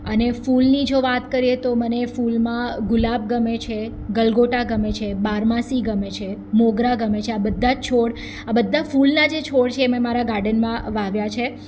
અને ફૂલની જો વાત કરીએ તો મને ફૂલમાં ગુલાબ ગમે છે ગલગોટા ગમે છે બારમાસી ગમે છે મોગરા ગમે છે બધા જ છોડ બધા ફૂલના જે છોડ છે એ મેં મારા ગાર્ડનમાં વાવ્યા છે